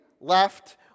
left